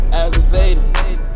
aggravated